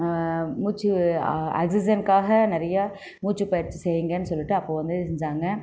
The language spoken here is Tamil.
மூச்சு ஆக்ஸிஜனுக்காக நிறைய மூச்சுப்பயிற்சி செய்யுங்கன்னு சொல்லிட்டு அப்போ வந்து செஞ்சாங்க